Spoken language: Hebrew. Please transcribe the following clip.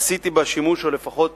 עשיתי בה שימוש, או לפחות